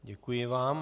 Děkuji vám.